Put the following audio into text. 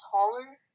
taller